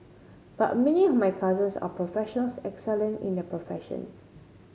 but many of my cousins are professionals excelling in their professions